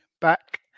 back